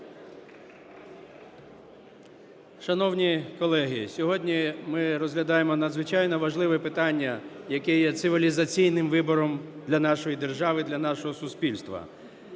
Шановні колеги, сьогодні ми розглядаємо надзвичайно важливе питання, яке є цивілізаційним вибором для нашої держави, для нашого суспільства.